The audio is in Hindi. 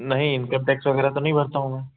नहीं इनकम टेक्स वगैरह तो नहीं भरता हूँ मैं